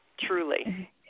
Truly